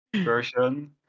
version